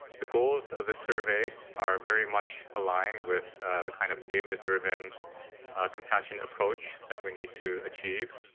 the goals of this survey are very much aligned with the kind of data-driven compassionate approach that we need to achieve.